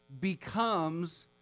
becomes